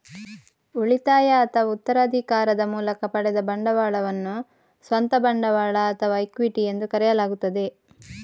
ಉಳಿತಾಯ ಅಥವಾ ಉತ್ತರಾಧಿಕಾರದ ಮೂಲಕ ಪಡೆದ ಬಂಡವಾಳವನ್ನು ಸ್ವಂತ ಬಂಡವಾಳ ಅಥವಾ ಇಕ್ವಿಟಿ ಎಂದು ಕರೆಯಲಾಗುತ್ತದೆ